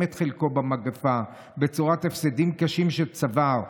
את חלקו במגפה בצורת הפסדים קשים שצבר,